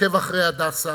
אחרי "הדסה".